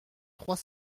trois